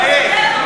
לפיד,